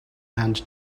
and